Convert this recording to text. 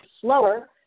slower